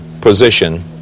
position